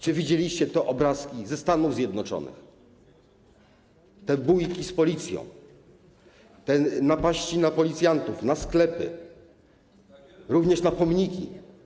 Czy widzieliście te obrazki ze Stanów Zjednoczonych, te bójki z Policją, te napaści na policjantów, na sklepy, również na pomniki?